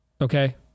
Okay